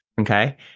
Okay